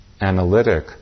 analytic